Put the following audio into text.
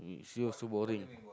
it's you also boring